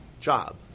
job